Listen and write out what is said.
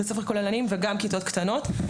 בתי ספר כוללניים וגם כיתות קטנות.